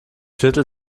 viertel